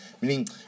meaning